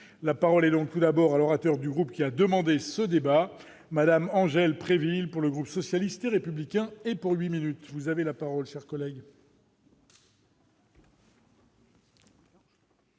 la parole et l'ont tout d'abord à l'orateur du groupe, qui a demandé ce débat madame Angèle prévisible pour le groupe socialiste et républicain et pour 8 minutes, vous avez la parole chers collègues.